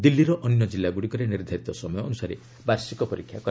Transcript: ଦିଲ୍ଲୀର ଅନ୍ୟ ଜିଲ୍ଲାଗୁଡ଼ିକରେ ନିର୍ଦ୍ଧାରିତ ସମୟ ଅନୁସାରେ ବାର୍ଷିକ ପରୀକ୍ଷା ହେବ